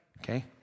Okay